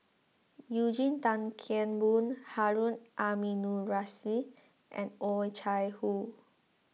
Eugene Tan Kheng Boon Harun Aminurrashid and Oh Chai Hoo